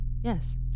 Yes